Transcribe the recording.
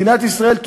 מדינת ישראל,